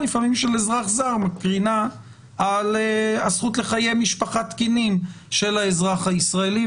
של אזרח זר מקרינה על הזכות לחיי משפחה תקינים של האזרח הישראלי,